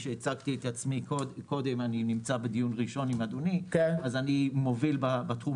אני נמצא בדיון ראשון עם אדוני אז אני מוביל בתחום